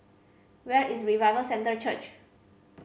where is Revival Center Church